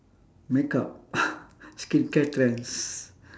makeup skincare trends